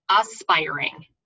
aspiring